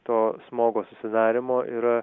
to smogo susidarymo yra